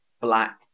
black